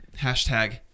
Hashtag